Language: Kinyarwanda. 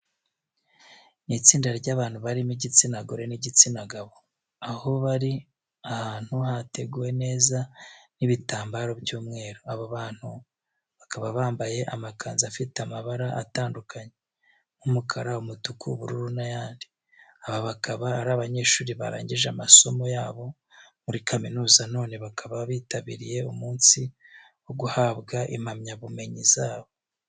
Ni itsinda ry'abantu barimo igitsina gore n'igitsina gabo, aho bari ahantu hateguwe neza n'ibitambaro by'umweru. Abo bantu bakaba bambaye amakanzu afite amabara atandukanye nk'umukara, umutuku, ubururu n'ayandi. Aba bakaba ari abanyeshuri barangije amasomo yabo muri kaminuza none bakaba bitabiriye umunsi wo guhabwa impamyabumenyi zabo.